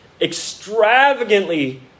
extravagantly